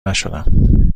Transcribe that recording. نشدم